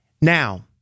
Now